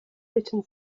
written